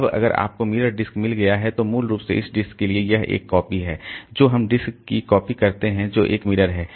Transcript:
अब अगर आपको मिरर डिस्क मिल गया है तो मूल रूप से इस डिस्क के लिए यह एक कॉपी है जो हम डिस्क की कॉपी करते हैं जो एक मिरर है